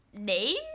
name